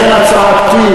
אפשר לחשוב,